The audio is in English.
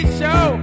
show